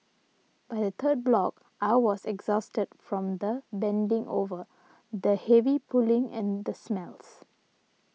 by the third block I was exhausted from the bending over the heavy pulling and the smells